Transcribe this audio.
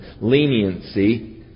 leniency